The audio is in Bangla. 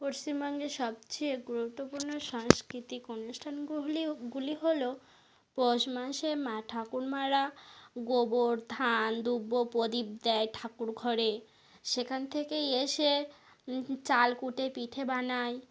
পশ্চিমবঙ্গের সবচেয়ে গুরুত্বপূর্ণ সাংস্কৃতিক অনুষ্ঠানগুলিও গুলি হলো পৌষ মাসে মা ঠাকুমারা গোবর ধান দুব্বো প্রদীপ দেয় ঠাকুর ঘরে সেখান থেকেই এসে চালকুটে পিঠে বানায়